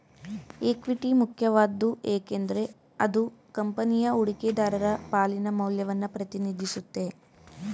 equity ಮುಖ್ಯವಾದ್ದು ಏಕೆಂದ್ರೆ ಅದು ಕಂಪನಿಯ ಹೂಡಿಕೆದಾರರ ಪಾಲಿನ ಮೌಲ್ಯವನ್ನ ಪ್ರತಿನಿಧಿಸುತ್ತೆ